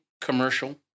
commercial